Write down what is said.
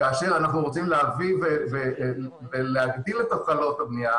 כאשר אנחנו רוצים להגדיל את התחלות הבנייה,